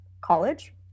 college